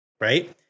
right